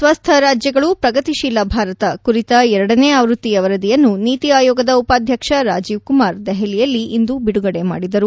ಸ್ವಸ್ಥ ರಾಜ್ಯಗಳು ಪ್ರಗತಿಶೀಲ ಭಾರತ ಕುರಿತ ಎರಡನೇ ಆವೃತ್ತಿಯ ವರದಿಯನ್ನು ನೀತಿ ಆಯೋಗದ ಉಪಾಧ್ಯಕ್ಷ ರಾಜೀವ್ ಕುಮಾರ್ ದೆಹಲಿಯಲ್ವಿ ಇಂದು ಬಿದುಗಡೆ ಮಾಡಿದರು